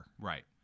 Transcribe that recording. Right